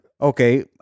Okay